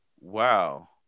wow